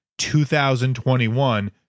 2021